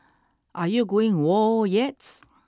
are you going whoa yet